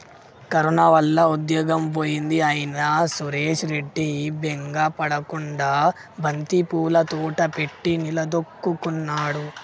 corona వల్ల ఉద్యోగం పోయింది అయినా సురేష్ రెడ్డి బెంగ పడకుండా బంతిపూల తోట పెట్టి నిలదొక్కుకున్నాడు